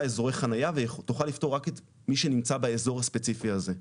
אזורי חניה ותוכל לפתור רק את מי שנמצא באזור הספציפי הזה.